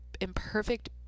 imperfect